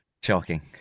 Shocking